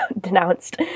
denounced